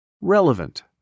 Relevant